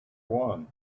one